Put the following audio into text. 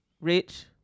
rich